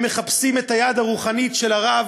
הם מחפשים את היד הרוחנית של הרב,